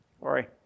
Sorry